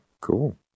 cool